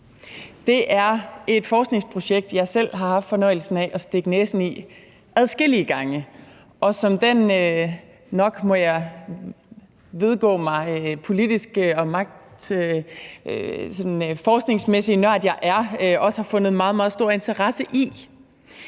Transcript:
Det er et forskningsprojekt, jeg selv har haft fornøjelsen af at stikke næsen i adskillige gange, og som den – må jeg nok vedgå – politiske og forskningsmæssige nørd, jeg er, har jeg også fundet meget, meget stor interesse i